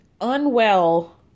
unwell